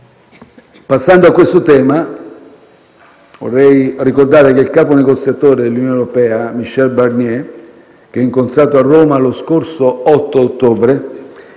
Passando al tema Brexit, vorrei ricordare che il capo negoziatore dell'Unione europea Michel Barnier - l'ho incontrato a Roma lo scorso 8 ottobre